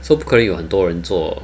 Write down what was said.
so 不可以有很多人做